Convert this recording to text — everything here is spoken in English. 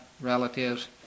relatives